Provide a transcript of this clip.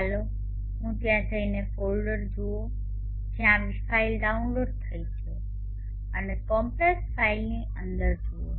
ચાલો હું ત્યાં જઈને ફોલ્ડર જુઓ જ્યાં આવી ફાઇલ ડાઉનલોડ થઈ છે અને કોમ્પ્રેસ્ડ ફાઇલની અંદર જુઓ